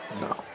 No